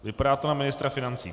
Vypadá to na ministra financí.